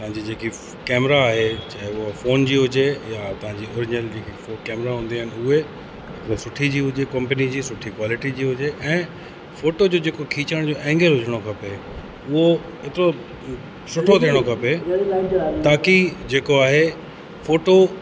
पंहिंजी जेकी कैमरा आहे चाहे उहा फ़ोन जी हुजे या तव्हांजी ओरिजनल जेकी कैमरा हूंदियूं आहिनि उहे उहा सुठी जी हुजे कंपनी जी सुठी कॉलिटी जी हुजे ऐं फ़ोटो जो जेको खिचण जो एंगल हुजिणो खपे उहो एतिरो सुठो थिअणो खपे ताकी जेको आहे फ़ोटो